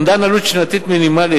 אומדן עלות שנתית מינימלית,